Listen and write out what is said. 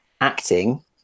acting